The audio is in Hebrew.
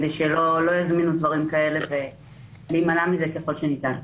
על מנת שלא יזמינו דברים כאלה ולהימנע מזה ככל שניתן.